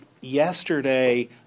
yesterday